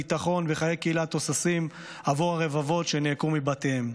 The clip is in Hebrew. ביטחון וחיי קהילה תוססים עבור הרבבות שנעקרו מבתיהם.